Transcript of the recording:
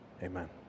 Amen